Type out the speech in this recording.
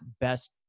best